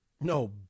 No